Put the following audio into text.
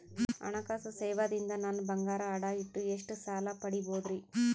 ಹಣಕಾಸು ಸೇವಾ ದಿಂದ ನನ್ ಬಂಗಾರ ಅಡಾ ಇಟ್ಟು ಎಷ್ಟ ಸಾಲ ಪಡಿಬೋದರಿ?